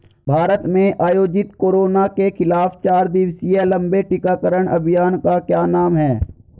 भारत में आयोजित कोरोना के खिलाफ चार दिवसीय लंबे टीकाकरण अभियान का क्या नाम है?